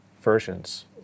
versions